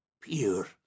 pure